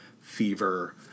fever